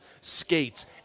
skates